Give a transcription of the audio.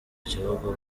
gihugu